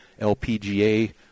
LPGA